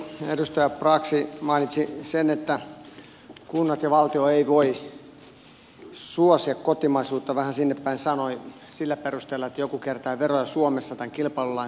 edustaja brax mainitsi sen että kunnat ja valtio eivät voi suosia kotimaisuutta vähän sinnepäin hän sanoi sillä perusteella että joku kiertää veroja suomessa tämän kilpailulainsäädännön takia